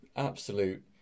Absolute